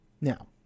Now